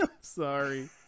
Sorry